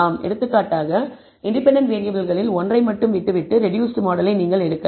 எடுத்துக்காட்டாக இண்டிபெண்டன்ட் வேறியபிள்களில் ஒன்றை மட்டும் விட்டுவிட்டு ரெடூஸ்ட் மாடலை நீங்கள் எடுக்கலாம்